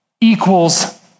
equals